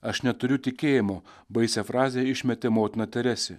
aš neturiu tikėjimo baisią frazę išmetė motina teresė